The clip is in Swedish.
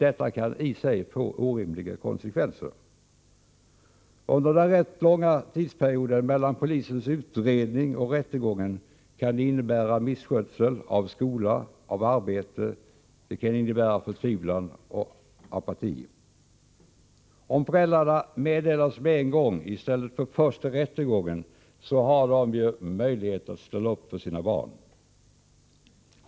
Detta kan i sig få orimliga konsekvenser. Under den ofta rätt långa tidsperioden mellan polisens utredning och rättegången kan det innebära misskötsel av skola eller arbete, förtvivlan och apati. Om föräldrarna meddelas med en gång i stället för först till rättegången så har de ju möjlighet att ställa upp för sina barn.